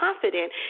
confident